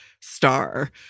star